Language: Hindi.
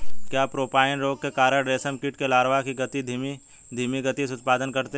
क्या पेब्राइन रोग के कारण रेशम कीट लार्वा का धीमी गति से उत्पादन करते हैं?